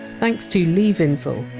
thanks to lee vinsel.